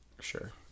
Sure